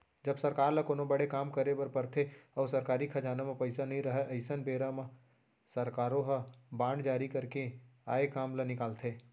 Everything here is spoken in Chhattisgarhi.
जब सरकार ल कोनो बड़े काम करे बर परथे अउ सरकारी खजाना म पइसा नइ रहय अइसन बेरा म सरकारो ह बांड जारी करके आए काम ल निकालथे